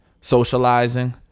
socializing